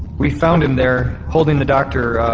we found him there, holding the doctor, ah.